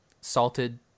salted